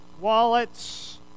wallets